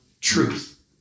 truth